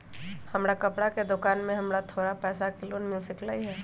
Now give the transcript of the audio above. हमर कपड़ा के दुकान है हमरा थोड़ा पैसा के लोन मिल सकलई ह?